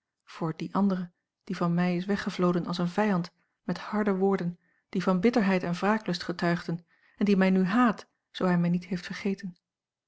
voor dien andere die van mij is weggevloden als een vijand met harde woorden die van bitterheid en wraaklust getuigden en die mij nu haat zoo hij mij niet heeft vergeten